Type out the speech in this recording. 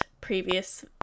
previous